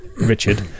Richard